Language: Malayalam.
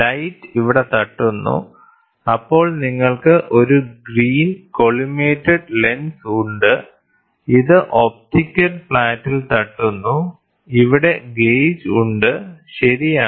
ലൈറ്റ് ഇവിടെ തട്ടുന്നു അപ്പോൾ നിങ്ങൾക്ക് ഒരു ഗ്രീൻ കോളിമേറ്റഡ് ലെൻസ് ഉണ്ട് ഇത് ഒപ്റ്റിക്കൽ ഫ്ലാറ്റിൽ തട്ടുന്നു ഇവിടെ ഗേജ് ഉണ്ട് ശരിയാണ്